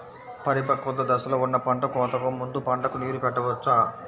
పరిపక్వత దశలో ఉన్న పంట కోతకు ముందు పంటకు నీరు పెట్టవచ్చా?